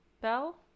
bell